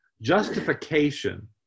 Justification